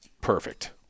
perfect